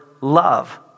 love